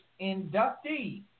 inductee